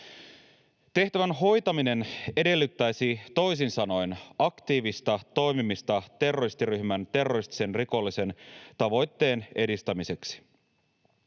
Tehtävän hoitaminen edellyttäisi toisin sanoen aktiivista toimimista terroristiryhmän terroristisen rikollisen tavoitteen edistämiseksi.